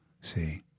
see